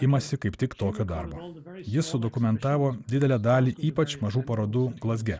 imasi kaip tik tokio darbo ji sudokumentavo didelę dalį ypač mažų parodų glazge